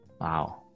wow